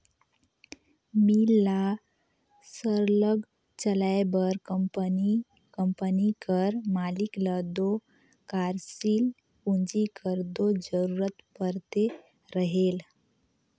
मील ल सरलग चलाए बर कंपनी कंपनी कर मालिक ल दो कारसील पूंजी कर दो जरूरत परते रहेल